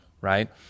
right